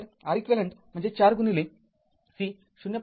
तर Req म्हणजे ४ C ०